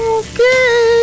okay